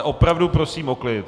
Opravdu prosím o klid!